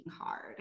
hard